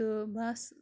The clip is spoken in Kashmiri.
تہٕ بَس